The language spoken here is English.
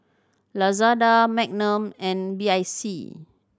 Lazada Magnum and B I C